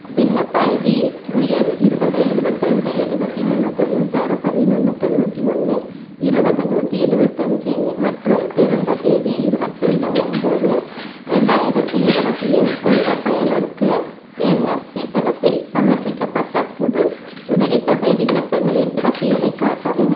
விண்ணப்ப ID Q N இருபது இருபத்ரெண்டு எழுவத்தி மூணு தொண்ணூத்தாறு பதினொன்று தொண்ணூற்றி ஒன்று இருபது நூற்றி எழுவத்தஞ்சி மற்றும் பிறந்த தேதி இருவத்தி ரெண்டு ஒம்போது ரெண்டாயிரத்தி இருபத்தி எண் கொண்ட பயனருக்கு என்எஸ்பி தளத்தில் சமர்ப்பிக்கப்பட்ட புது உதவித்தொகை விண்ணப்பங்களின் பட்டியலைக் காட்டவும்